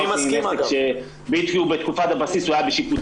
מה עושים עם עסק שבתקופת הבסיס הוא היה בשיפוצים,